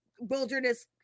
wilderness